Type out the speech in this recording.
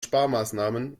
sparmaßnahmen